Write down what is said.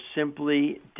simply